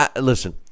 listen